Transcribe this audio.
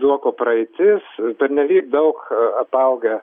zuoko praeitis pernelyg daug apaugę